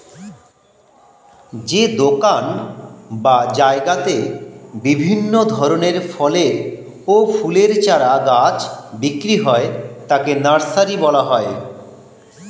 যে দোকান বা জায়গাতে বিভিন্ন ধরনের ফলের ও ফুলের চারা গাছ বিক্রি হয় তাকে নার্সারি বলা হয়